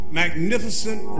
magnificent